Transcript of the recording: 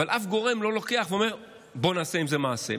אבל אף גורם לא לוקח ואומר: בוא נעשה עם זה מעשה,